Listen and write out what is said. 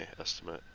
estimate